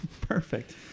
Perfect